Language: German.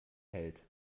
hält